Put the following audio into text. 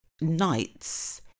nights